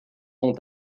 ont